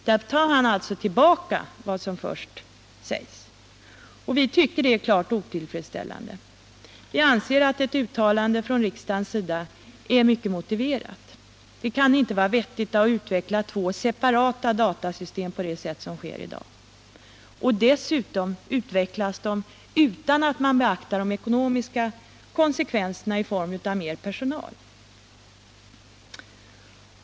Där tar man alltså tillbaka vad som först sägs. Vi tycker att detta är helt otillfredsställande. Vi anser att ett uttalande från riksdagens sida är klart motiverat — det kan inte vara vettigt att utveckla två separata system på det sätt som nu sker. Dessutom utvecklas de utan att man beaktar de ekonomiska konsekvenserna av att det krävs mer personal.